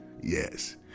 yes